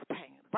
pain